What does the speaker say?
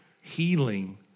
healing